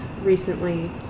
Recently